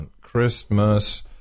Christmas